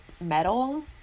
metal